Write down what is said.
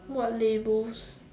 what labels